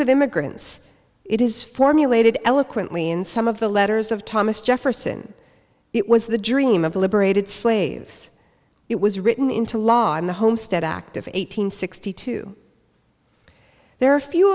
of immigrants it is formulated eloquently in some of the letters of thomas jefferson it was the dream of the liberated slaves it was written into law in the homestead act of eight hundred sixty two there are few